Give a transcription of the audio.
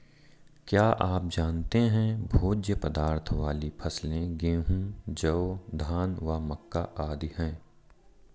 क्या आप जानते है भोज्य पदार्थ वाली फसलें गेहूँ, जौ, धान व मक्का आदि है?